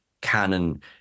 canon